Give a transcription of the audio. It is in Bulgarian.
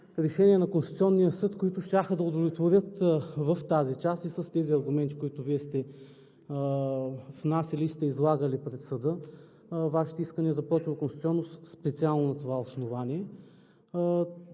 решения на Конституционния съд, които щяха да удовлетворят – в тази част и с тези аргументи, които Вие сте внасяли и сте излагали пред съда, Вашите искания за противоконституционност специално на това основание.